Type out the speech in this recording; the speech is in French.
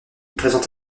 présente